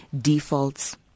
defaults